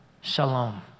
shalom